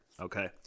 Okay